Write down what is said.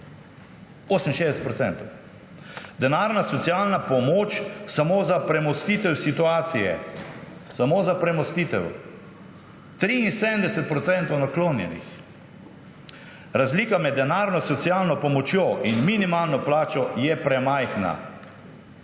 68 %. Denarna socialna pomoč samo za premostitev situacije, samo za premostitev, 73 % naklonjenih. Razlika med denarno socialno pomočjo in minimalno plačo je premajhna